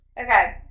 Okay